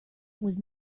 was